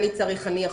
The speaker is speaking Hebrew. אני צריך אני יכול',